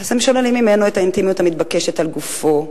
אז הם שוללים ממנו את האינטימיות המתבקשת על גופו,